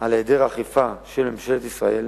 על היעדר אכיפה של ממשלת ישראל